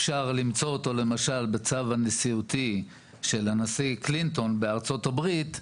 אפשר למצוא בצו הנשיאותי של הנשיא קלינטון בארצות הברית,